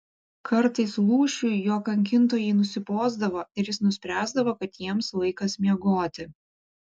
kartais lūšiui jo kankintojai nusibosdavo ir jis nuspręsdavo kad jiems laikas miegoti